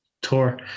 tour